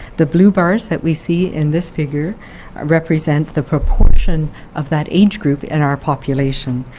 the blue bars that we see in this figure represent the proportion of that age group in our population.